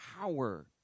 power